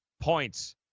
points